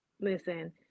listen